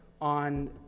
on